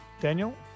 Daniel